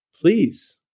please